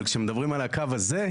אבל כשמדברים על הקו הזה,